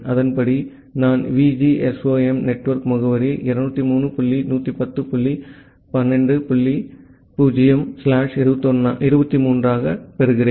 அதன்படி நான் VGSOM network முகவரியை 203 டாட் 110 டாட் 12 டாட் 0 ஸ்லாஷ் 23 ஆகப் பெறுகிறேன்